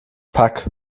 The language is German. pack